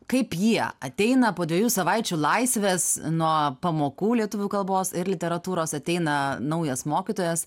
kaip jie ateina po dviejų savaičių laisvės nuo pamokų lietuvių kalbos ir literatūros ateina naujas mokytojas